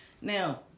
Now